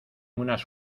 unas